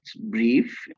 brief